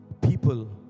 people